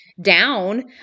down